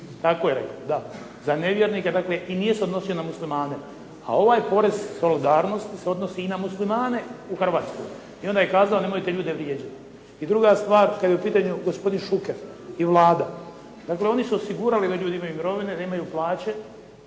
tako je rekao, da, za nevjernike dakle i nije se odnosio na muslimane, a ovaj porez solidarnosti se odnosi i na muslimane u Hrvatskoj. I onda je kazao, nemojte ljude vrijeđati. I druga stvar, kad je u pitanju gospodin Šuker i Vlada, dakle oni su osigurali da ljudi imaju mirovine, da imaju plaće